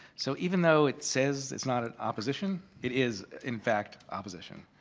so even though it says it's not an opposition, it is in fact opposition.